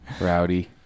Rowdy